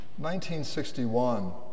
1961